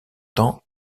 temps